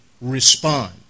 respond